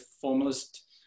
formalist